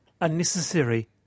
unnecessary